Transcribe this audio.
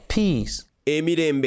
peace